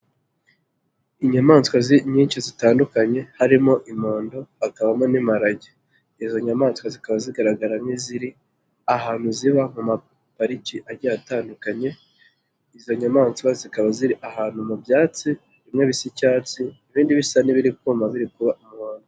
Inyamaswa nyinshi zitandukanye harimo impondo hakabamo n'imiparage, izo nyamaswa zikaba zigaragara nk'iziri ahantu ziba mu ma pariki agiye atandukanye, izo nyamaswa zikaba ziri ahantu mu byatsi bimwe bisa icyatsi ibindi bisa n'ibiri kuma biri kuba umuhondo.